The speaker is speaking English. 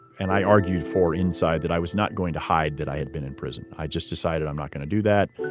and i argued for inside that i was not going to hide that i had been in prison. i just decided i'm not going to do that.